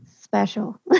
special